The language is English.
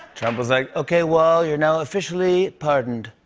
trump was like, okay, wall, you're now officially pardoned.